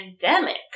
pandemic